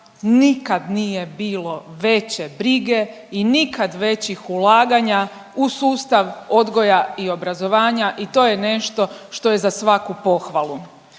nikad nije bilo veće brige i nikad većih ulaganja u sustav odgoja i obrazovanja i to je nešto što je za svaku pohvalu.